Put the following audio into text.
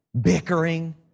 bickering